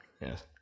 Yes